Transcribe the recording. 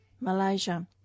Malaysia